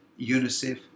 UNICEF